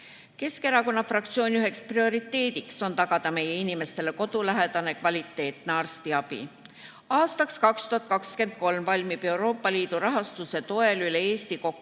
Keskerakonna fraktsiooni üks prioriteet on tagada meie inimestele kodulähedane kvaliteetne arstiabi. Aastaks 2023 valmib Euroopa Liidu rahastuse toel üle Eesti 56 uut